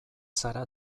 zara